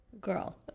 Girl